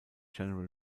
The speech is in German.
general